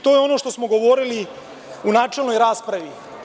To je ono što smo govorili u načelnoj raspravi.